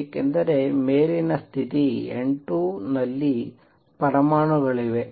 ಏಕೆಂದರೆ ಮೇಲಿನ ಸ್ಥಿತಿ N2 ನಲ್ಲಿ ಪರಮಾಣುಗಳಿವೆ